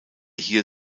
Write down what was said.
hier